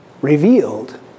revealed